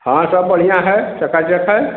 हाँ सब बढ़िया है चकाचक है